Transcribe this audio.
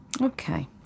Okay